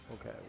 Okay